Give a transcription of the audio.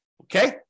okay